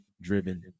driven